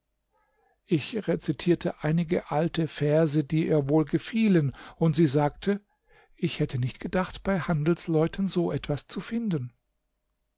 ich rezitierte einige alte verse die ihr wohl gefielen und sie sagte ich hätte nicht gedacht bei handelsleuten so etwas zu finden